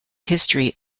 history